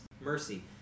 mercy